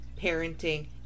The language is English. parenting